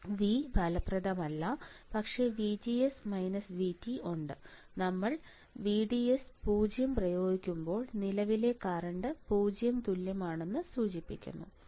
V ഫലപ്രദമല്ല പക്ഷേ VGS VT ഉണ്ട് നമ്മൾ വിഡിഎസ് 0 പ്രയോഗിക്കുമ്പോൾ നിലവിലെ കറൻറ് 0 ന് തുല്യമാണെന്ന് സൂചിപ്പിക്കുന്നു